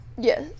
Yes